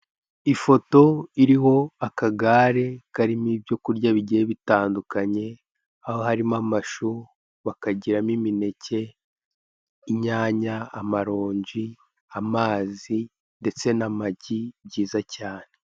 Ifoto iriho akagare karimo ibyo kurya bigiye bitandukanye, aho harimo amashu, bakagiramo imineke, inyanya, amaronji, amazi ndetse n'amagi, byiza cyane.